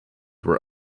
were